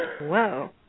Whoa